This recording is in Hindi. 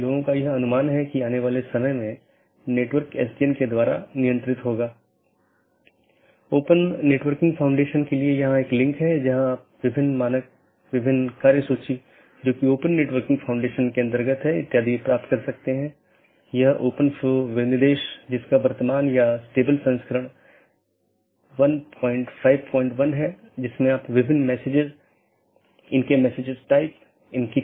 कैसे यह एक विशेष नेटवर्क से एक पैकेट भेजने में मदद करता है विशेष रूप से एक ऑटॉनमस सिस्टम से दूसरे ऑटॉनमस सिस्टम में